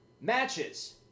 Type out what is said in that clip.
Matches